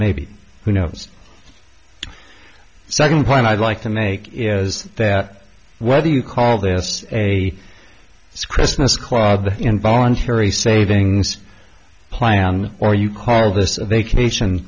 maybe who knows second point i'd like to make is that whether you call this a christmas quad involuntary savings plan or you call this a vacation